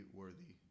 worthy